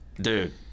dude